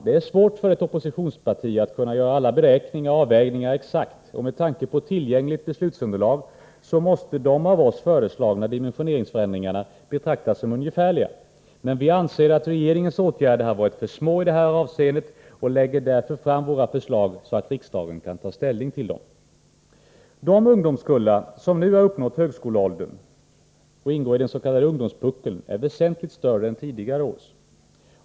Det är svårt för ett oppositionsparti att kunna göra alla beräkningar och avvägningar exakt, och med tanke på tillgängligt beslutsunderlag så måste de av oss föreslagna dimensioneringsförändringarna betraktas som ungefärliga, men vi anser att regeringens åtgärder har varit för små i det här avseendet och lägger därför fram våra förslag så att riksdagen kan ta ställning till dem. De ungdomskullar som nu har uppnått högskoleåldern, den s.k. ungdomspuckeln, är väsentligt större än tidigare års.